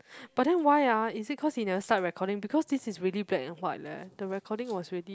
but then why ah is it cause he never start recording because this is really black and white leh the recording was already